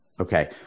Okay